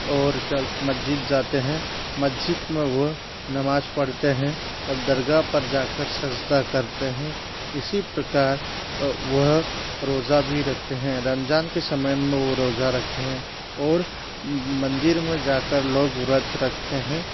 और क्या मस्जिद जाते हैं मस्जिद में वो नमाज़ पढ़ते हैं और दरगाह पर जाकर सज्दा करते हैं इसी प्रकार वह रोज़ा भी रखते हैं रमजान के समय में वो रोज़ा रखते हैं और मंदिर में जाकर लोग व्रत रखते हैं और